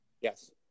Yes